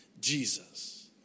Jesus